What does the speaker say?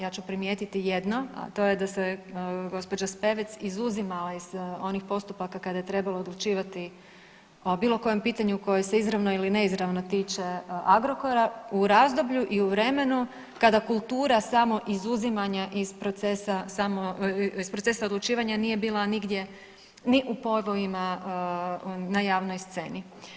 Ja ću primijetiti jedno, a to je da se gospođa Spevec izuzimala iz onih postupaka kada je trebalo odlučivati o bilo kojem pitanju koje se izravno ili neizravno tiče Agrokora u razdoblju i u vremenu kada kultura samo izuzimanja iz procesa samo, iz procesa odlučivanja nije bila nigdje ni u povojima na javnoj sceni.